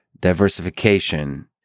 diversification